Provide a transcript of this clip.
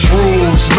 rules